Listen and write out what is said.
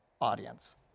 audience